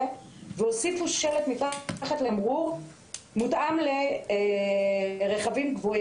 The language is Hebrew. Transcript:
והוסיפו שלט מתחת לתמרור "מותאם לרכב גבוה"